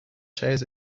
shares